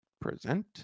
Present